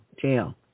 jail